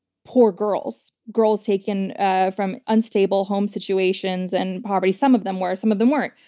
poor girls-girls girls-girls taken ah from unstable home situations and poverty. some of them were, some of them weren't.